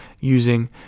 using